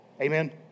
Amen